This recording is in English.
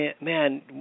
man –